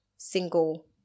single